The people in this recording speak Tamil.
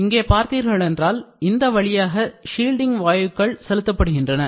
இங்கே பார்த்தீர்கள் என்றால் இந்த வழியாக ஷில்டிங் வாயுக்கள் செலுத்தப்படுகின்றன